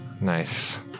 Nice